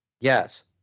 Yes